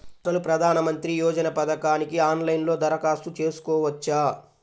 అసలు ప్రధాన మంత్రి యోజన పథకానికి ఆన్లైన్లో దరఖాస్తు చేసుకోవచ్చా?